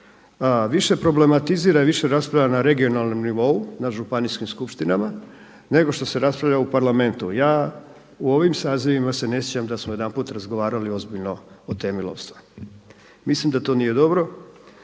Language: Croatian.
više problematizira i više raspravlja na regionalnom nivou, na županijskim skupštinama nego što se raspravlja u Parlamentu. Ja u ovim sazivima se ne sjećam da smo jedanput razgovarali ozbiljno o temi lovstva. Mislim da to nije dobro